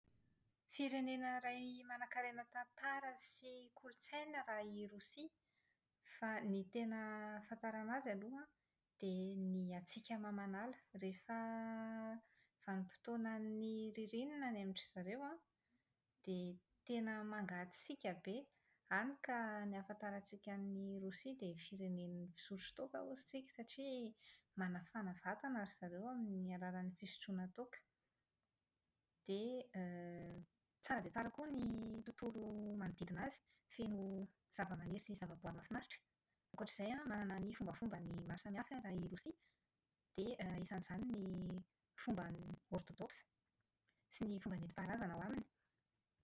Firenena iray manankarena tantara sy kolotsaina raha i Rosia. Fa ny tena ahafantarana azy aloha dia ny hatsiaka mamanala. Rehefa vanim-potoanan'ny ririnina any amin-dry zareo an, dia tena mangatsiaka be. Hany ka ny ahafantarantsika an'i Rosia dia firenen'ny mpisotro toaka hozy tsika, satria manafana vatana ry zareo amin'ny alalan'ny fisotroana toaka. Dia > tsara dia tsara koa ny tontolo manodidina azy. Feno zava-maniry sy zavaboary mahafinaritra. Ankoatr'izay an, manana ny fombafombany maro samihafa raha i Rosia, dia > anisan'izany ny fomba ortodoksa sy ny fomba nentim-paharazana ao aminy.